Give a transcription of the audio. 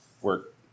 work